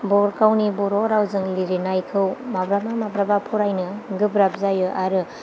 बर' गावनि बर' रावजों लिरनायखौ माब्लाबा माब्लाबा फरायनो गोब्राब जायो आरो